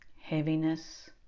heaviness